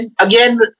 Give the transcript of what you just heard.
again